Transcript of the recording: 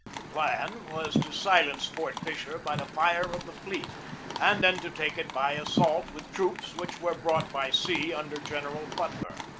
the plan was to silence fort fisher by the fire of the fleet and then to take it by assault with troops which were brought by sea under general butler.